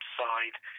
side—